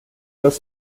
los